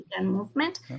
movement